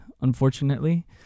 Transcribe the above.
unfortunately